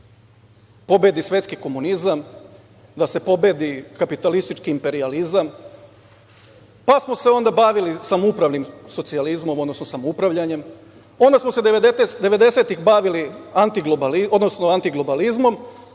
da pobedi svetski komunizam, da se pobedi kapitalistički imperijalizam. Pa, smo se onda bavili samoupravnim socijalizmom, odnosno samoupravljanjem, onda smo se devedesetih bavili anti-globalizmom,